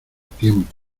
tiempo